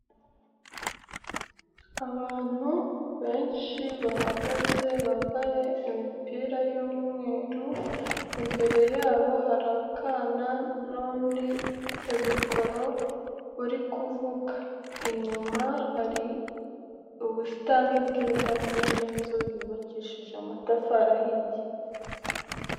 Abantu benshi bahagaze bambaye imipira y'umweru, imbere yabo hari akana n'undi ufite mikoro uri kuvuga, inyuma hari ubusitani bw'indabyo n'inzu yubakishije amatafari ahiye.